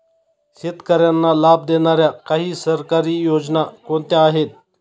शेतकऱ्यांना लाभ देणाऱ्या काही सरकारी योजना कोणत्या आहेत?